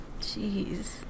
Jeez